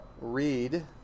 read